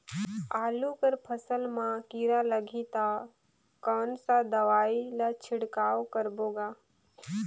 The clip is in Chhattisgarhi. आलू कर फसल मा कीरा लगही ता कौन सा दवाई ला छिड़काव करबो गा?